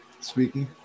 speaking